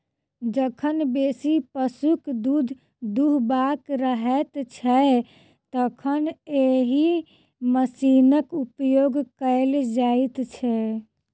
जखन बेसी पशुक दूध दूहबाक रहैत छै, तखन एहि मशीनक उपयोग कयल जाइत छै